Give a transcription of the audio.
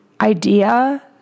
idea